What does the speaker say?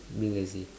been lazy